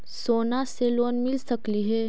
सोना से लोन मिल सकली हे?